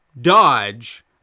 dodge